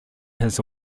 his